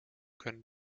können